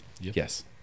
Yes